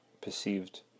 perceived